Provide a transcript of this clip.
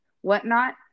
whatnot